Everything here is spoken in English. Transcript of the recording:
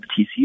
TCU